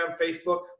Facebook